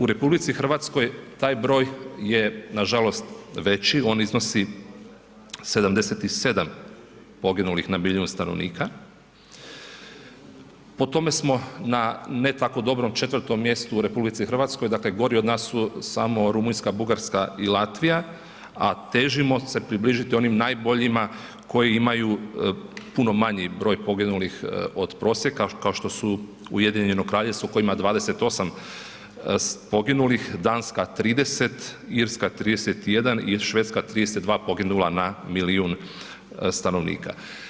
U RH taj broj je nažalost veći on iznosi 77 poginulih na milijun stanovnika, po tome smo na ne tako dobrom 4 mjestu u RH dakle gori od nas su samo Rumunjska, Bugarska i Latvija, a težimo se približiti onima najboljima koji imaju puno manji broj poginulih od prosjeka kao što su Ujedinjeno Kraljevstvo koje ima 28 poginulih, Danska 30, Irska 31 i Švedska 32 poginula na milijun stanovnika.